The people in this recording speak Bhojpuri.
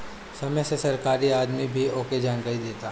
समय से सरकारी आदमी भी आके जानकारी देता